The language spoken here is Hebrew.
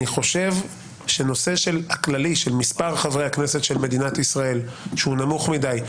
אני חושב שהנושא הכללי של מספר חברי הכנסת של מדינת ישראל הוא נמוך מדי,